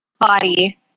body